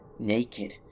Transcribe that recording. Naked